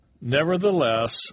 Nevertheless